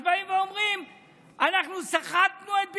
אז באים ואומרים שאנחנו סחטנו את ביבי,